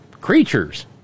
creatures